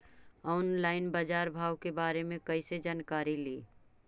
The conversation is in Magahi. ऑनलाइन बाजार भाव के बारे मे कैसे जानकारी ली?